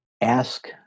Ask